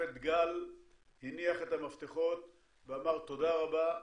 השופט גל הניח את המפתחות ואמר תודה רבה,